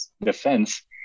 defense